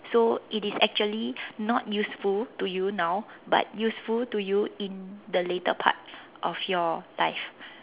so it is actually not useful to you now but useful to you in the later part of your life